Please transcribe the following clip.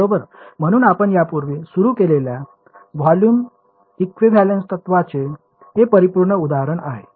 बरोबर म्हणून आपण यापूर्वी सुरू केलेल्या व्हॉल्यूम इक्विव्हॅलेन्स तत्त्वाचे हे परिपूर्ण उदाहरण आहे